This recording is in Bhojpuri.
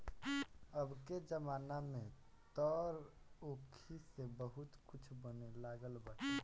अबके जमाना में तअ ऊखी से बहुते कुछ बने लागल बाटे